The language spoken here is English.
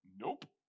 Nope